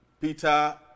Peter